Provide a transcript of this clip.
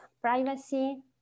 privacy